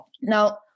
Now